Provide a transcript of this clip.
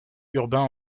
urbain